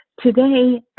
today